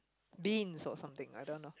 beans or something I don't know